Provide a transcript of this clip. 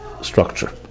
structure